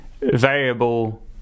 variable